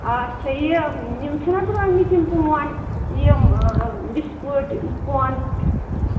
اچھا یہِ یِم چھِنا درٛامٕتۍ یِم پونڑ یِم بسکوٗٹ پونڑ